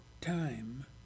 time